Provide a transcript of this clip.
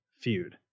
feud